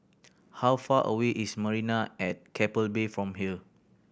how far away is Marina at Keppel Bay from here